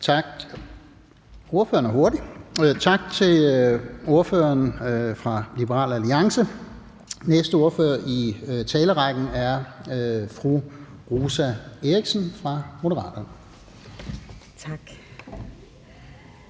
Tak til ordføreren for Liberal Alliance. Den næste ordfører i talerrækken er fru Rosa Eriksen fra Moderaterne.